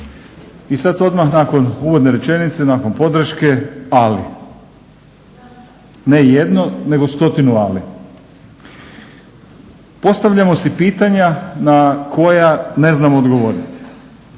I sada odmah nakon uvodne rečenice nakon podrške ali ne jedno nego stotinu ali. Postavljamo si pitanja na koja ne znamo odgovoriti,